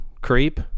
Creep